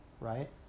right